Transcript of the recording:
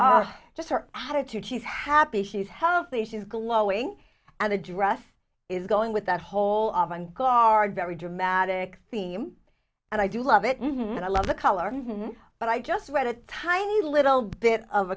and just her attitude she's happy she's healthy she's glowing and a dress is going with that whole oven guard very dramatic theme and i do love it and i love the color but i just read a tiny little bit of